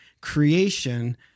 creation